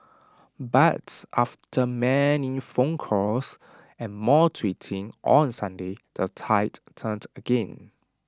but after many phone calls and more tweeting on Sunday the tide turned again